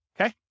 Okay